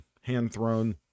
hand-thrown